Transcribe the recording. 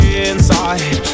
inside